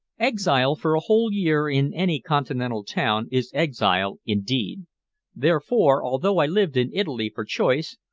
exile for a whole year in any continental town is exile indeed therefore, although i lived in italy for choice,